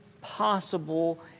possible